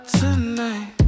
tonight